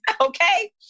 okay